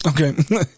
Okay